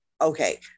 okay